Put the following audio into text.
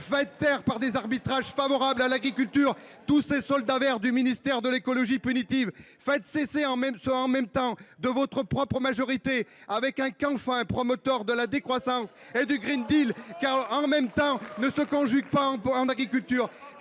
Faites taire, par des arbitrages favorables à l’agriculture, tous ces soldats verts du ministère de l’écologie punitive ! Faites cesser ce « en même temps » dans votre propre majorité, avec un Canfin promoteur de la décroissance et du! Car le « en même temps » ne peut se conjuguer en agriculture.